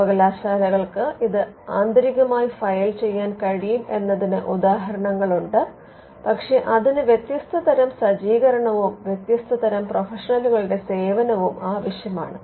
സർവകലാശാലകൾക്ക് ഇത് ആന്തരികമായി ഫയൽ ചെയ്യാൻ കഴിയും എന്നതിന് ഉദാഹരണങ്ങളുണ്ട് പക്ഷേ അതിന് വ്യത്യസ്ത തരം സജ്ജീകരണവും വ്യത്യസ്ത തരം പ്രൊഫഷണലുകളുടെ സേവനവും ആവശ്യമാണ്